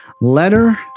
Letter